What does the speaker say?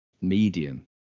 medium